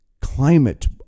climate